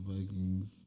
Vikings